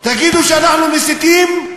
תגידו שאנחנו מסיתים?